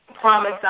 promise